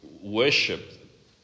worship